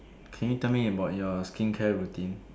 can you tell me about your skincare routine